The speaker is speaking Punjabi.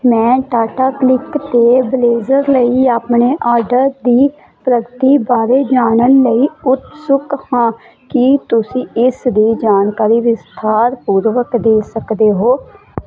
ਮੈਂ ਟਾਟਾ ਕਲਿਕ 'ਤੇ ਬਲੇਜ਼ਰ ਲਈ ਆਪਣੇ ਆਡਰ ਦੀ ਪ੍ਰਗਤੀ ਬਾਰੇ ਜਾਣਨ ਲਈ ਉਤਸੁਕ ਹਾਂ ਕੀ ਤੁਸੀਂ ਇਸ ਦੀ ਜਾਣਕਾਰੀ ਵਿਸਥਾਰਪੂਰਵਕ ਦੇ ਸਕਦੇ ਹੋ